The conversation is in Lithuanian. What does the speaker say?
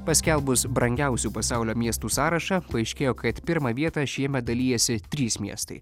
paskelbus brangiausių pasaulio miestų sąrašą paaiškėjo kad pirmą vietą šiemet dalijasi trys miestai